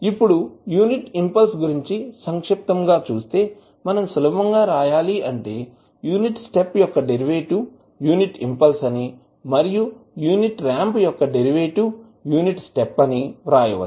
ఇప్పుడు unit impulse గురించి సంక్షిప్తంగా చూస్తే మనం సులభంగా వ్రాయాలి అంటే యూనిట్ స్టెప్ యొక్క డెరివేటివ్ యూనిట్ ఇంపల్స్ అని మరియు యూనిట్ రాంప్ యొక్క డెరివేటివ్ యూనిట్ స్టెప్ అని వ్రాయవచ్చు